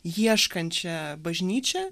ieškančią bažnyčią